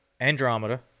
Andromeda